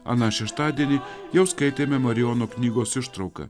aną šeštadienį jau skaitėme marijono knygos ištrauka